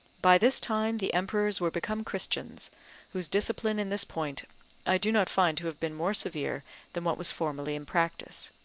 by this time the emperors were become christians whose discipline in this point i do not find to have been more severe than what was formerly in practice.